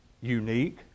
unique